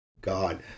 God